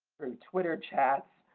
through twitter chats.